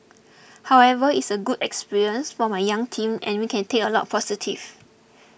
however it's a good experience for my young team and we can take a lot of positives